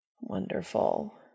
Wonderful